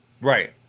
Right